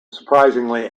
surprisingly